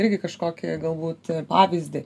irgi kažkokį galbūt pavyzdį